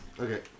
Okay